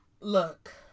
look